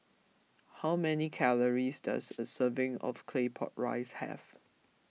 how many calories does a serving of Claypot Rice have